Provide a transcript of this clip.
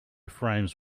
frames